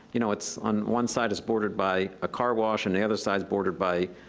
you know, it's on one side it's bordered by a car wash, and the other side is bordered by